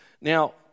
Now